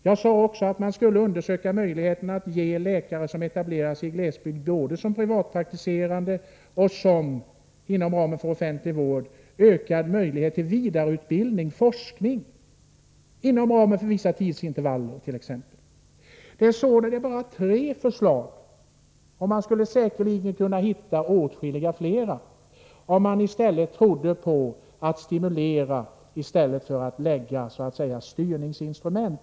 Jag sade också att man skulle kunna undersöka möjligheten att ge läkare som etablerar sig i glesbygd, både som privatpraktiserande och inom ramen för den offentliga vården, ökade möjligheter till vidareutbildning och forskning, inom ramen för vissa tidsinvervaller. Detta är bara tre förslag, och man skulle säkerligen kunna hitta åtskilligt fler om man trodde på stimulans i stället för styrningsinstrument.